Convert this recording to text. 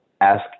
ask